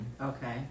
Okay